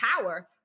power